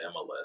MLS